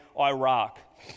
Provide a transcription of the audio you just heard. Iraq